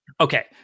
Okay